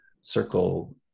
circle